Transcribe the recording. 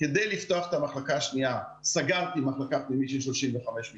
זכינו שבכל מחלקה פנימית יהיה מכשיר אולטרא-סאונד